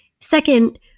Second